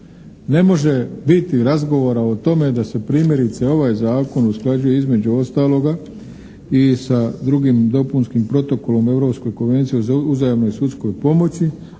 Ne može biti razgovora o tome da se primjerice ovaj Zakon usklađuje između ostaloga i sa drugim dopunskim Protokolom Europskoj konvenciji o uzajamnoj sudskoj pomoći,